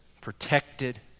protected